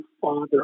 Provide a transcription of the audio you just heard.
Father